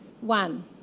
one